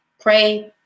pray